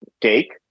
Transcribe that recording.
take